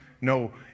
no